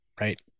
right